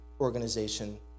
Organization